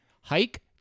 hike